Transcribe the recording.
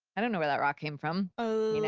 i don't know where that rock came from. ah you know